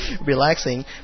relaxing